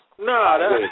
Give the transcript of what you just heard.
No